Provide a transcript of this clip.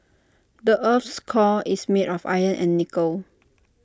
the Earth's core is made of iron and nickel